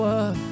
up